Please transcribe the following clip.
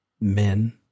men